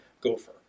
gopher